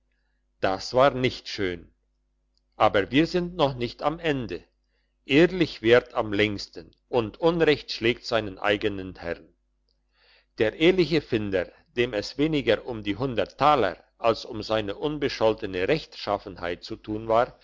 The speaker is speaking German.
das war nicht schön aber wir sind auch noch nicht am ende ehrlich währt am längsten und unrecht schlägt seinen eigenen herrn der ehrliche finder dem es weniger um die taler als um seine unbescholtene rechtschaffenheit zu tun war